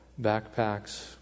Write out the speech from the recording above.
backpacks